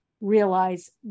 realize